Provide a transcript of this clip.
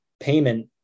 Payment